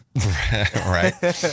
Right